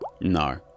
No